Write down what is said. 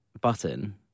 button